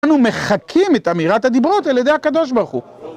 אנחנו מחקים את אמירת הדיברות על ידי הקדוש ברוך הוא